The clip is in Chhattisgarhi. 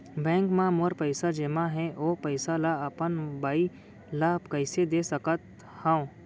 बैंक म मोर पइसा जेमा हे, ओ पइसा ला अपन बाई ला कइसे दे सकत हव?